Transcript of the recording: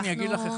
אני אגיד לך,